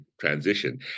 transition